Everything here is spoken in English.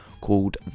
called